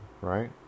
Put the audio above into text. right